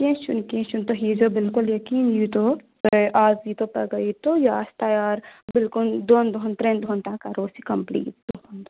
کیٚنٛہہ چھُنہٕ کیٚنٛہہ چھُنہٕ تُہۍ ییٖزیٚو بِلکُل یقیٖن ییٖتو تۄہہِ اَز ییٖتو پَگاہ ییٚتو یہِ آسہِ تَیار بِلکُل دۄن دۄہَن ترٛٮ۪ن دۄہَن تانۍ کَرو أسۍ یہِ کَمپُلیٖٹ تُہُنٛد